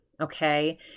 Okay